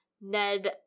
Ned